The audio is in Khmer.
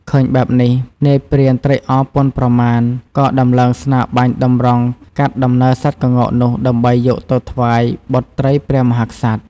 ឃើញបែបនេះ នាយព្រានត្រេកអរពន់ប្រមាណ ក៏ដំឡើងស្នាបាញ់តម្រង់កាត់ដំណើរសត្វក្ងោកនោះដើម្បីយកទៅថ្វាយបុត្រីព្រះមហាក្សត្រ។